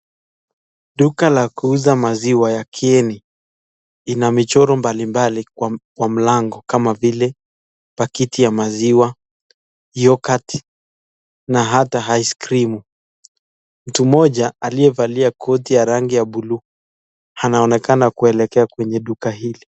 Duka la kuuza maziwa ya kieni, ina michoro mbali mbali kwa mlango, kama vile pakiti ya maziwa, yoghurt na hata ice cream . Mtu mmoja aliyevalia koti ya rangi ya bluu, anaonekana kuelekea kwenye duka hili.